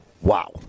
Wow